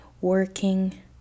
working